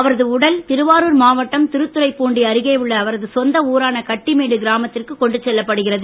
அவரது உடல் திருவாரூர் மாவட்டம்இ திருத்துறைப்பூண்டி அருகேயுள்ள அவரது சொந்த ஊரான கட்டிமேடு கிராமத்திற்கு கொண்டு செல்லப்படுகிறது